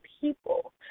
people